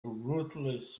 rootless